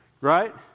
right